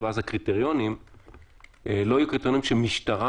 ואז, הקריטריונים לא יהיו קריטריונים של משטרה.